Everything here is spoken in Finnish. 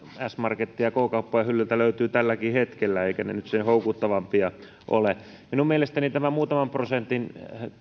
s marketien ja k kauppojen hyllyiltä löytyy tälläkin hetkellä eivätkä ne nyt sen houkuttelevampia ole minun mielestäni tämä muutaman prosentin